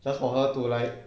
just for her to like